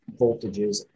voltages